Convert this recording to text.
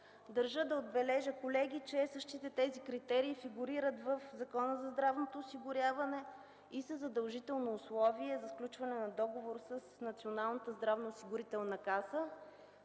Държа да отбележа, колеги, че същите тези критерии фигурират в Закона за здравното осигуряване и са задължително условие за сключване на договор с Националната здравноосигурителна каса,